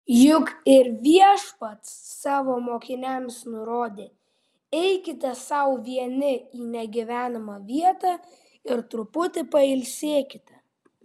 juk ir viešpats savo mokiniams nurodė eikite sau vieni į negyvenamą vietą ir truputį pailsėkite